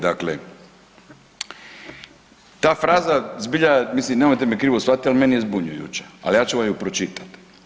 Dakle, ta fraza zbilja mislim nemojte me krivo shvatiti ali meni je zbunjujuća, ali ja ću vam je pročitati.